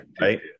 right